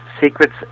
Secrets